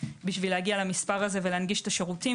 כדי להגיע למספר הזה ולהנגיש את השירותים,